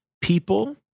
people